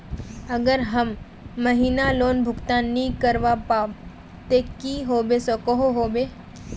अगर हर महीना लोन भुगतान नी करवा पाम ते की होबे सकोहो होबे?